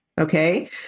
okay